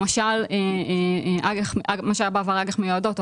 למשל מה שהיה בעבר אג"ח מיועדות או